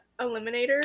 Eliminator